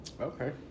Okay